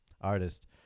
artist